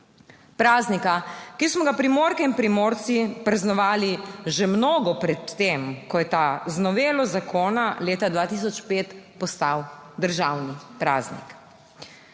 praznika, ki smo ga Primorke in Primorci praznovali že mnogo pred tem, ko je ta z novelo zakona leta 2005 postal državni praznik.